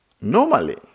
normally